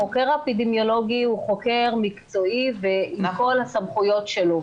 חוקר אפידמיולוגי הוא חוקר מקצועי עם כל הסמכויות שלו